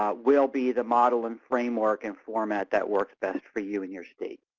um will be the model and framework and format that works best for you and your state.